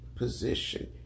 position